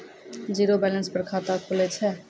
Zero balance पर खाता खुले छै?